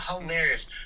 hilarious